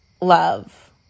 love